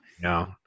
No